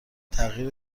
تغییر